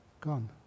Gone